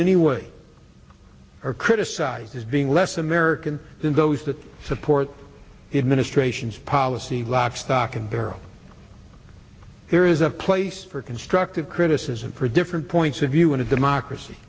any way or criticized as being less american than those that support it ministrations policy lock stock and barrel there is a place for constructive criticism for different points of view in a democracy